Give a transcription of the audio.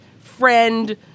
friend